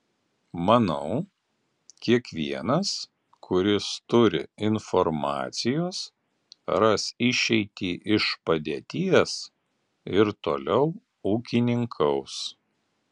manau kiekvienas kuris turi informacijos ras išeitį iš padėties ir toliau ūkininkaus